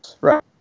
right